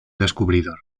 descubridor